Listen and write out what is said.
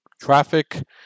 traffic